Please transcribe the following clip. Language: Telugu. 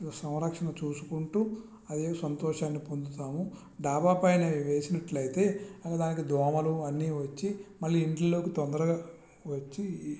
సంరక్షణ చూసుకుంటూ అదే సంతోషాన్ని పంచుతాము దాబాపైన వేసినట్లయితే దానికి దోమలు అన్ని వచ్చి మళ్ళీ ఇంటిలోకి తొందరగా వచ్చి